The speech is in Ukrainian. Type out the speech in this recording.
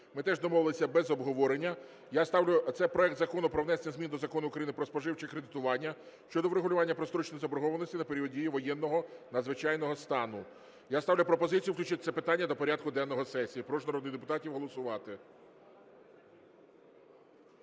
ми теж домовилися без обговорення. Це проект Закону про внесення змін до Закону України "Про споживче кредитування" щодо врегулювання простроченої заборгованості на період дії воєнного, надзвичайного стану. Я ставлю пропозицію включити це питання до порядку денного сесії. Прошу народних депутатів голосувати.